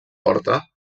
porta